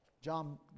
John